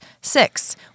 Six